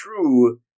true